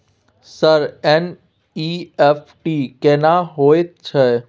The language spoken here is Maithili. सर एन.ई.एफ.टी केना होयत छै?